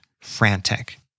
frantic